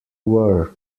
were